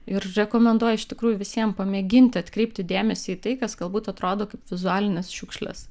ir rekomenduoju iš tikrųjų visiem pamėginti atkreipti dėmesį į tai kas galbūt atrodo kaip vizualinės šiukšlės